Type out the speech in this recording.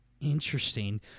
interesting